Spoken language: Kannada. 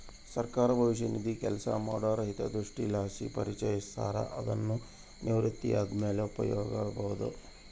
ಸರ್ಕಾರ ಭವಿಷ್ಯ ನಿಧಿನ ಕೆಲಸ ಮಾಡೋರ ಹಿತದೃಷ್ಟಿಲಾಸಿ ಪರಿಚಯಿಸ್ಯಾರ, ಅದುನ್ನು ನಿವೃತ್ತಿ ಆದ್ಮೇಲೆ ಉಪಯೋಗ್ಸ್ಯಬೋದು